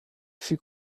fut